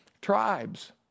tribes